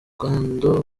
rugendo